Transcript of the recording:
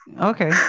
Okay